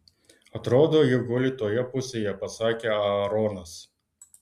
atrodo ji guli toje pusėje pasakė aaronas